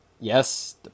yes